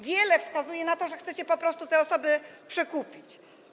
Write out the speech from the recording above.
Wiele wskazuje na to, że chcecie po prostu te osoby przekupić.